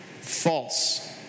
False